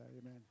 amen